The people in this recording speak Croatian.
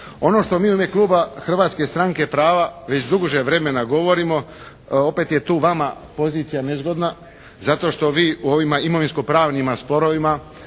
Ono što mi u ime kluba Hrvatske stranke prava već duže vremena govorimo, opet je tu vama pozicija nezgodna zato što vi u ovima imovinsko pravnima sporovima